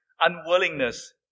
unwillingness